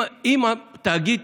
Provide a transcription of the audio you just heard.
אם תאגיד